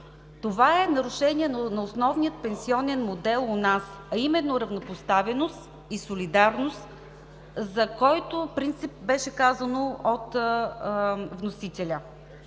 Това е нарушение на основния пенсионен модел у нас, а именно равнопоставеност и солидарност, за който принцип беше казано от вносителя.